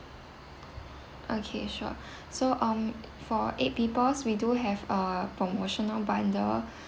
okay sure so um for eight people's we do have a promotional bundle